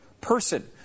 person